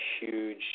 huge